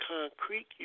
concrete